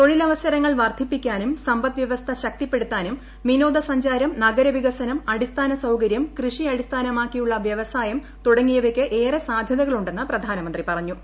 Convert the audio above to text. തൊഴിലവസരങ്ങൾ പ്രർദ്ധിപ്പിക്കാനും സമ്പദ് വൃവസ്ഥ ശക്തിപ്പെടുത്താനും വിനോദ്സഞ്ചാരം നഗരവികസനം അടിസ്ഥാന സൌകര്യം കൃഷി അടിസ്ഫാനമാർക്കിയുള്ള വ്യവസായം തുടങ്ങിയവയ്ക്ക് ഏറെ സാധ്യതകളുണ്ടെന്ന് പ്രധാനമന്ത്രി പറഞ്ഞു